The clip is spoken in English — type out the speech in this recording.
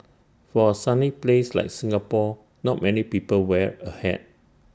for A sunny place like Singapore not many people wear A hat